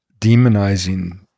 demonizing